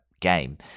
game